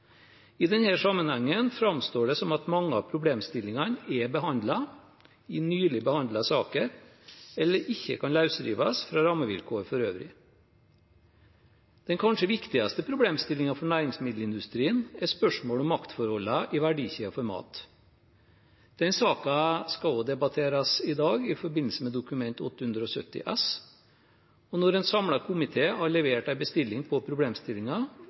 den. I denne sammenheng framstår det som at mange av problemstillingene er behandlet i nylig behandlede saker, eller ikke kan løsrives fra rammevilkår for øvrig. Den kanskje viktigste problemstillingen for næringsmiddelindustrien er spørsmålet om maktforholdene i verdikjeden for mat. Den saken skal også debatteres i dag, i forbindelse med Dokument 8:170 S for 2017–2018. Når en samlet komité har levert en bestilling